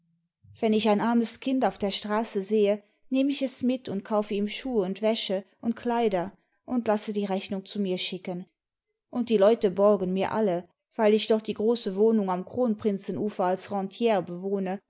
wenn ich ein armes kind auf der straße sehe nehme ich es mit und kaufe ihm schuhe imd wäsche und kleider und lasse die rechnung zu mir schicken und die leute borgen mir alle weil ich doch die große wohnung am kronprinzenufer als rentiere bewohne